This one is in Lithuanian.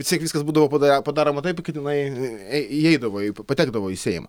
atseit viskas būdavo pada padaroma taip kad jinai įeidavo patekdavo į seimą